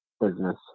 Business